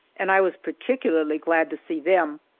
and i was particularly glad to see them.